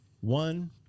one